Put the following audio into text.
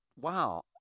wow